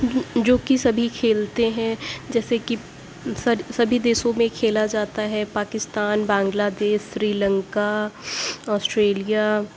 جو کہ سبھی کھیلتے ہیں جیسے کہ سبھی دیسوں میں کھیلا جاتا ہے پاکستان بنگلہ دیش سری لنکا آسٹریلیا